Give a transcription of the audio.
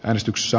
äänestyksessä